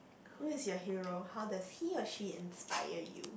who is your hero how does he or she inspire you